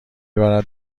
برد